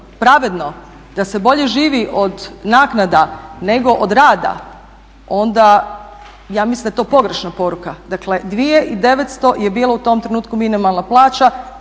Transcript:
pravedno da se bolje živi od naknada nego od rada onda ja mislim da je to pogrešna poruka. Dakle 2.900 je bilo u tom trenutku minimalna plaća,